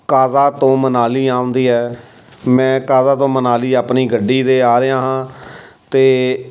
ਕਾਜ਼ਾ ਤੋਂ ਮਨਾਲੀ ਆਉਣ ਦੀ ਹੈ ਮੈਂ ਕਾਜ਼ਾ ਤੋਂ ਮਨਾਲੀ ਆਪਣੀ ਗੱਡੀ 'ਤੇ ਆ ਰਿਹਾ ਹਾਂ ਅਤੇ